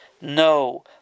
No